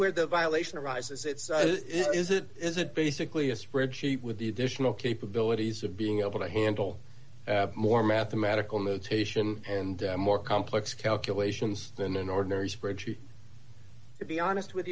where the violation arises it is it is a basically a spreadsheet with the additional capabilities of being able to handle more mathematical notation and more complex calculations than an ordinary spreadsheet to be honest with